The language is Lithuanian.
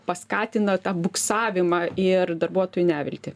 paskatina tą buksavimą ir darbuotojų neviltį